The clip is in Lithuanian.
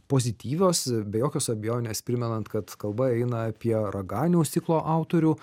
pozityvios be jokios abejonės primenant kad kalba eina apie raganiaus ciklo autorių